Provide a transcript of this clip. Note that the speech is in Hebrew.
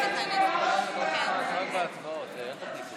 הכול קריאה שנייה.